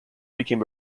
became